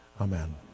Amen